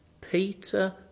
Peter